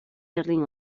berlín